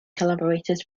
collaborators